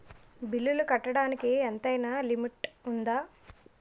బిల్లులు కట్టడానికి ఎంతైనా లిమిట్ఉందా?